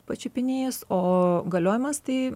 pačiupinėjus o galiojimas tai